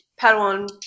Padawan